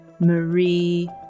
Marie